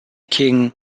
king